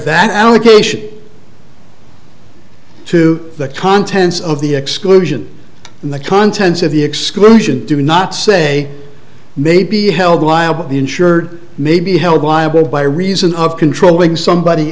that allegation to the contents of the exclusion and the contents of the exclusion do not say may be held liable the insured may be held liable by reason of controlling somebody